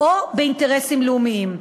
או באינטרסים לאומיים.